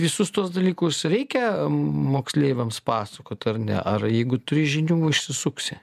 visus tuos dalykus reikia moksleiviams pasakot ar ne ar jeigu turi žinių išsisuksi